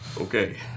okay